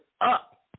up